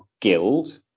Guild